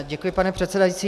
Děkuji, pane předsedající.